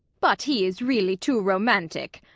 but he is really too romantic.